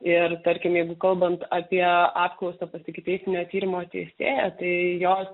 ir tarkim jeigu kalbant apie apklausą pas ikiteisminio tyrimo teisėją tai jo